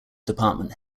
department